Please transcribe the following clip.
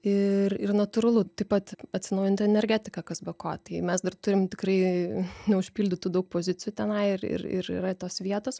ir ir natūralu taip pat atsinaujinti energetika kas be ko tai mes dar turim tikrai neužpildytų daug pozicijų tenai ir ir ir yra tos vietos